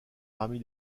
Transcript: parmi